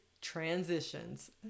transitions